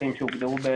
לצרכים שהוגדרו,